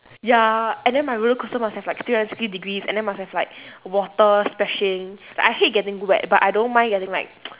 ya and then my roller coaster must have like three hundred sixty degrees and then must have like water splashing like I hate getting wet but I don't mind getting like